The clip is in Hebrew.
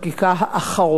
האחרונה,